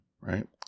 Right